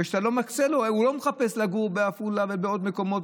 הוא לא מחפש לגור בעפולה ובעוד מקומות,